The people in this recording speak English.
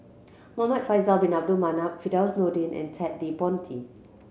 Muhamad Faisal Bin Abdul Manap Firdaus Nordin and Ted De Ponti